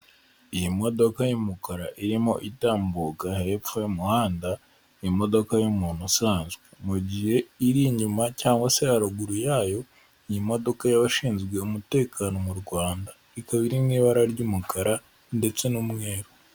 Iyi modoka y'umukara irimo itambuka hepfo y'umuhanda n'i imodoka y'umuntu usanzwe mu gihe iri inyuma cyangwa se haruguru yayo iyi modoka y'abashinzwe umutekano mu Rwanda ikaba iri mu ibara ry'umukara ndetse n'umweru.